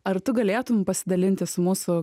ar tu galėtum pasidalinti su mūsų